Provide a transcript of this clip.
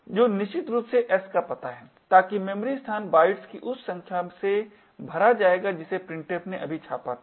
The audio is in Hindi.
जो निश्चित रूप से s का पता है ताकि मेमोरी स्थान बाइट्स की उस संख्या से भर जाएगा जिसे printf ने अभी छापा था